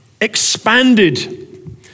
expanded